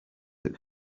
that